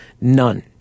None